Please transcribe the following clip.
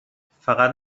فقط